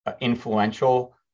influential